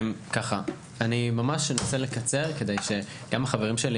אני אנסה לקצר כדי שגם החברים שלי